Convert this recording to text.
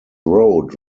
road